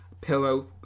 pillow